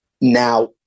Now